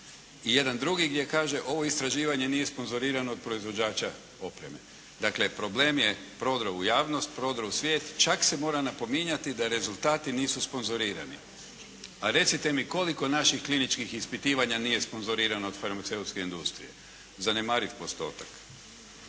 I jedan drugi gdje kaže: "Ovo istraživanje nije sponzorirano od proizvođača opreme". Dakle problem je prodor u javnost, prodor u svijet, čak se mora napominjati da rezultati nisu sponzorirani. A recite mi koliko naših kliničkih ispitivanja nije sponzorirano od farmaceutske industrije? Zanemariv postotak.